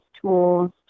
tools